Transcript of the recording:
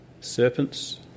serpents